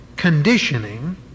conditioning